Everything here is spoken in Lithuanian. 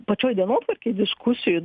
pačioj dienotvarkėj diskusijų